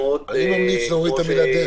אני ממליץ להוריד את המילה "דשא".